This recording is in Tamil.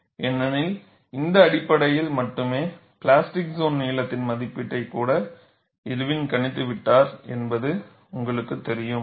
ஏனெனில் இந்த அடிப்படையில் மட்டுமே பிளாஸ்டிக் சோன் நீளத்தின் மதிப்பீட்டைக் கூட இர்வின் கணித்துவிட்டார் என்பது உங்களுக்குத் தெரியும்